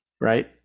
right